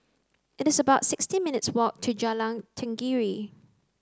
it is about sixteen minutes' walk to Jalan Tenggiri